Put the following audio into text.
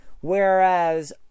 whereas